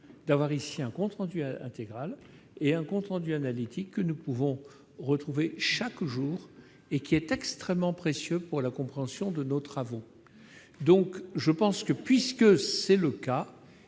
d'avoir ici un compte rendu intégral et un compte rendu analytique que nous pouvons retrouver chaque jour et qui est, j'y insiste, extrêmement précieux pour la compréhension de nos travaux. Puisque c'est le cas,